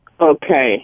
Okay